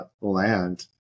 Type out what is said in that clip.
land